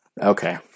Okay